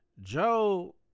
Joe